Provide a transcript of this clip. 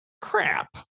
Crap